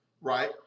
right